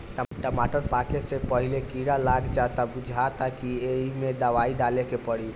टमाटर पाके से पहिले कीड़ा लाग जाता बुझाता कि ऐइमे दवाई डाले के पड़ी